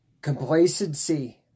Complacency